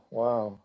wow